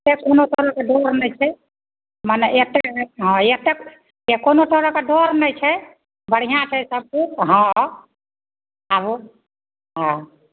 से कोनो तरहके डर नहि छै मने एक एक कोनो तरहके डर नहि छै बढ़िआँ छै सब किछु हँ आबू हँ